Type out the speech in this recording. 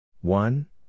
one